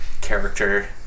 character